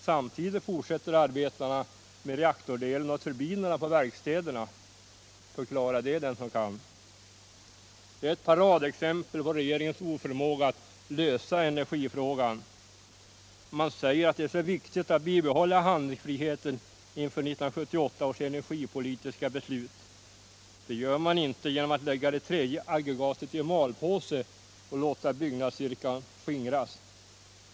Samtidigt fortsätter arbetena med reaktordelen och turbinerna på verkstäderna. Förklara det den som kan! Detta är ett paradexempel på regeringens oförmåga att lösa energifrågan. Man säger att det är så viktigt att bibehålla handlingsfriheten inför 1978 års energipolitiska beslut. Men det gör man inte genom att lägga det tredje aggregatet i malpåse och låta byggnadsstyrkan skingras.